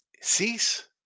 Cease